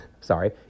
sorry